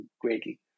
greatly